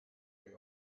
play